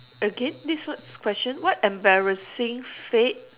again this whats question what embarrassing fad